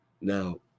Now